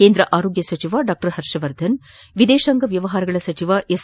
ಕೇಂದ್ರ ಆರೋಗ ಸಚಿವ ಡಾ ಪರ್ಷವರ್ಧನ್ ವಿದೇಶಾಂಗ ವ್ಯವಹಾರಗಳ ಸಚಿವ ಎಸ್